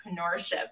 entrepreneurship